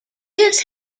this